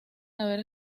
haber